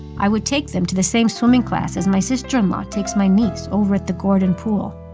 i would take them to the same swimming class as my sister-in-law takes my niece over at the gordon pool.